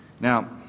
Now